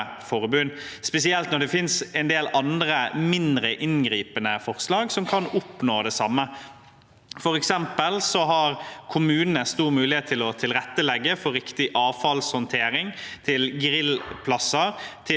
spesielt når det finnes en del andre mindre inngripende forslag som kan oppnå det samme. For eksempel har kommunene stor mulighet til å tilrettelegge for riktig avfallshåndtering, grillplasser